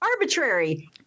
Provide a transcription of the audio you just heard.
arbitrary